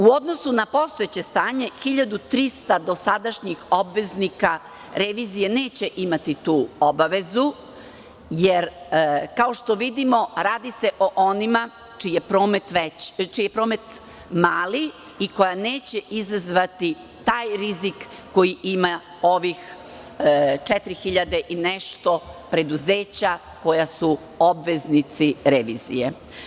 U odnosu na postojeće stanje dosadašnjih 1.300 obveznika revizije neće imati tu obavezu, jer kao što vidimo radi se o onima čiji je promet mali i koja neće izazvati taj rizik koji imaju ovih četirihiljade i nešto preduzeće koja su obveznici revizije.